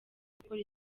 gukora